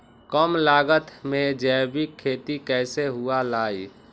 कम लागत में जैविक खेती कैसे हुआ लाई?